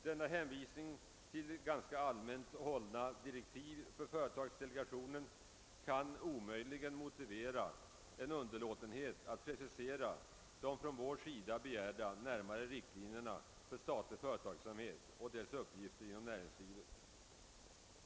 Denna hänvisning till ganska allmänt hållna direktiv för företagsdelegationen skall behandla fortivera en underlåtenhet att precisera de från vårt håll begärda närmare riktlinjerna för statlig företagsamhet och dess uppgifter inom näringslivet.